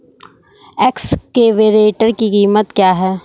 Excavator की कीमत क्या है?